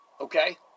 okay